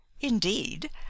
indeed